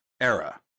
era